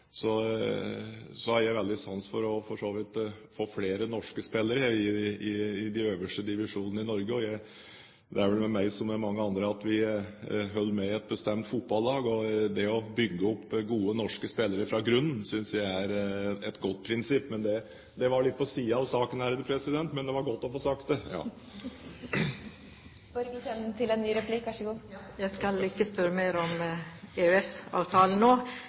jeg veldig sans for å få flere norske spillere i de øverste divisjonene i Norge. Det er vel med meg som med mange andre, at vi holder med et bestemt fotballag, og det å bygge opp gode norske spillere fra grunnen, synes jeg er et godt prinsipp. Det var litt på siden av saken, men det var godt å få sagt det! Jeg skal ikke spørre mer om EØS-avtalen nå. Jeg nevnte Fetsund Lenser i mitt innlegg. Direktøren der, senterpartipolitikeren Anna Kristine Jahr Røine, har krasse uttalelser om